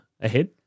ahead